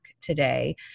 today